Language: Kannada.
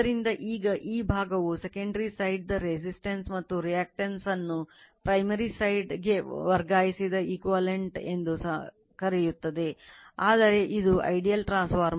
ಆದ್ದರಿಂದ ಈಗ ಈ ಭಾಗವು secondary side ಆದರೆ load R L X L ಇದೆ V2 ಸಹ ಇದೆ